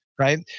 right